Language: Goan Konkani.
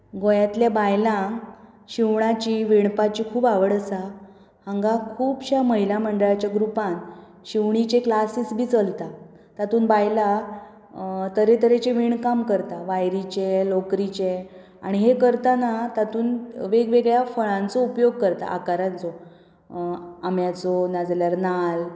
गोंयांतले बायलांक शिंवणाची विणपाची खूब आवड आसा हांगा खुबशा महिला मंडळाच्या ग्रुपान शिंवणीचे क्लासीस बी चलता तांतून बायलां तरे तरचें विणकाम करता वायरीचें लोकरीचें आनी हे करताना तांतून वेग वेगळ्या फळांचो उपयोग करता आकारांचो आम्याचो नाजाल्यार नाल्ल